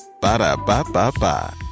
Ba-da-ba-ba-ba